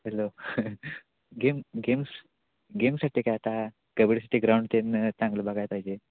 hello game games गेमसाठी काय आता कबड्डीसाठी ग्राउंड ते चांगलं बघाय पाहिजे